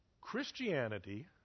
Christianity